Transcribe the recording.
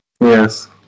Yes